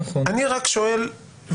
אני רק שואל,